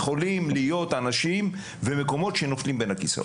יכולים להיות אנשים ומקומות שנופלים בין הכיסאות".